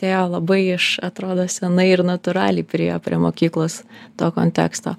atėjo labai iš atrodo senai ir natūraliai priėjo prie mokyklos to konteksto